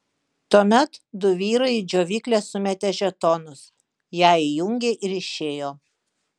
tuomet du vyrai į džiovyklę sumetė žetonus ją įjungė ir išėjo